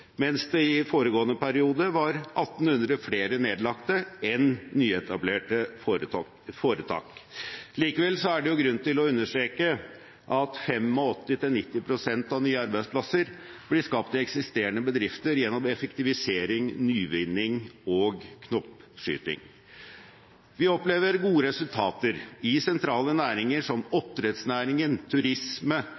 mens det i foregående periode var 1 800 flere nedlagte enn nyetablerte foretak. Likevel er det grunn til å understreke at 85–90 pst. av nye arbeidsplasser blir skapt i eksisterende bedrifter gjennom effektivisering, nyvinning og knoppskyting. Vi opplever gode resultater i sentrale næringer som